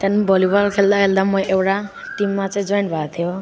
त्यहाँ भली बल खेल्दा खेल्दा म एउटा टिममा चाहिँ जोइन भएको थियो